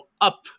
up